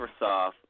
Microsoft